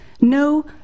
no